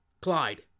Clyde